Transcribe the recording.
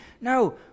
No